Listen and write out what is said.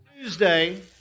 Tuesday